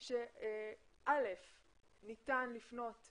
שלם וכל מי שאיננו מצוי בתחום חושב שזה אותו הדבר וזה לא אותו הדבר,